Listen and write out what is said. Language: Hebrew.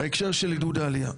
בהקשר של עידוד העלייה,